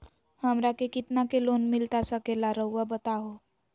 हमरा के कितना के लोन मिलता सके ला रायुआ बताहो?